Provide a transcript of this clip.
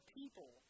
people